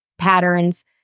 Patterns